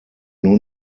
nur